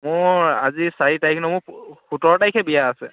মোৰ আজি চাৰি তাৰিখ ন মোৰ সোতৰ তাৰিখে বিয়া আছে